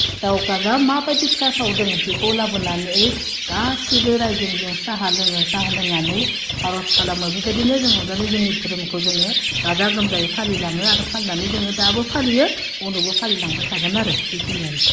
सिथाव खाजा माबादि फिथा सावदों बेखौ लाबोनानै गासैबो रायजोनो जों साहा लोङो साहा लोंनानै आरज खालामो बेबादिनो जों अन्नानै जों जोंनि धोरोमखौ जोङो गाजा गोमजायै फालि लाङो आरो फालिनानै जोङो दाबो फालियो उनावबो फालि लांबाय थागोन बिखिनियानोसै